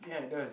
ya that's